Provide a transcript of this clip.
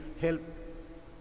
help